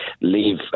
Leave